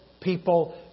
people